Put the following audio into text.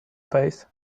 face